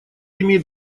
имеет